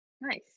Nice